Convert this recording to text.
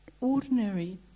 ordinary